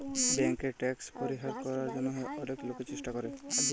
ব্যাংকে ট্যাক্স পরিহার করার জন্যহে অলেক লোকই চেষ্টা করে